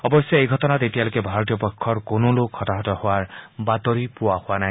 অৱশ্যে এই ঘটনাত এতিয়ালৈক ভাৰতীয় পক্ষৰ কোনোলোক হতাহত হোৱাৰ বাতৰি পোৱা হোৱা নাই